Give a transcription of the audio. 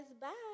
Bye